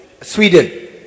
Sweden